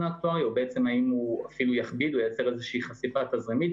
האקטוארי או בעצם האם הוא אפילו יכביד או ייצר איזושהי חשיפה תזרימית,